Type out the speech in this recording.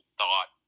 thought